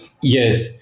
Yes